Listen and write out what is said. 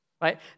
right